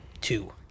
two